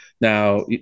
Now